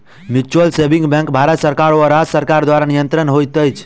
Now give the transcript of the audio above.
mutual saving bank Bharat सरकार वा राज्य सरकार द्वारा नियंत्रित होइत छै